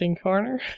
Corner